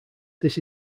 this